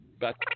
bat